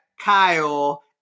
Kyle